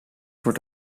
wordt